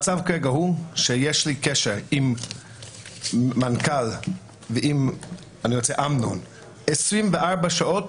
המצב כרגע הוא שיש לי קשר עם המנכ"ל ועם אמנון ותוך 24 שעות